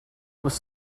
was